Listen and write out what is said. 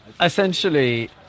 essentially